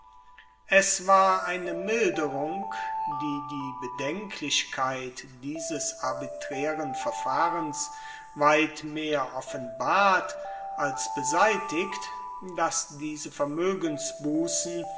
es war eine milderung die die bedenklichkeit dieses arbitraeren verfahrens weit mehr offenbart als beseitigt dass diese